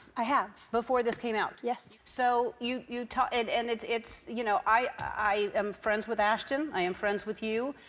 i have. before this came out? yes. so you you talked. and and you know, i am friends with ashton, i am friends with you.